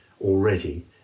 already